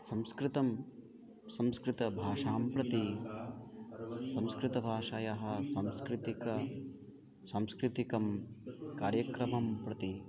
संस्कृतं संस्कृतभाषां प्रति संस्कृतभाषायाः सांस्कृतिकं सांस्कृतिकं कार्यक्रमं प्रति